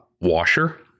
washer